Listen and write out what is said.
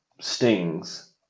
stings